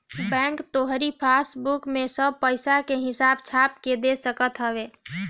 bank तोहरी passbook में सब पईसा के हिसाब छाप के दे सकत हवे